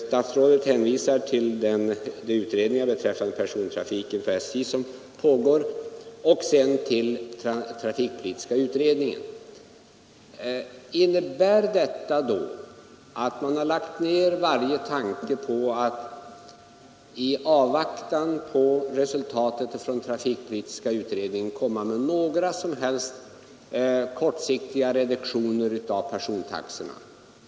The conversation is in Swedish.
Statsrådet hänvisar till de utredningar som pågår beträffande persontrafiken på SJ och till trafikpolitiska utredningen. Innebär detta då att man har lagt ned varje tanke på att, i avvaktan på resultatet från trafikpolitiska utredningen, införa några som helst kortsiktiga reduktioner av persontaxorna?